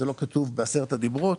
זה לא כתוב בעשרת הדיברות,